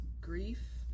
grief